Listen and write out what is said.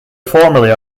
formerly